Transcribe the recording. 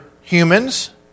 humans